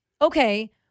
Okay